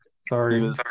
Sorry